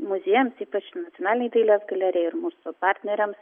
muziejams ypač nacionalinei dailės galerijai ir mūsų partneriams